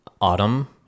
autumn